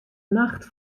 nacht